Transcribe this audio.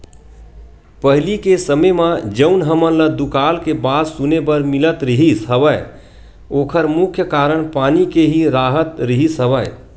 पहिली के समे म जउन हमन ल दुकाल के बात सुने बर मिलत रिहिस हवय ओखर मुख्य कारन पानी के ही राहत रिहिस हवय